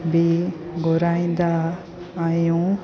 बि घुराईंदा आहियूं